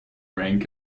rank